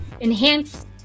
enhance